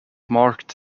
marked